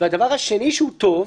והדבר השני שהוא טוב,